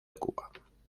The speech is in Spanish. cuba